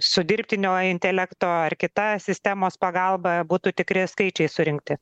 su dirbtinio intelekto ar kita sistemos pagalba būtų tikri skaičiai surinkti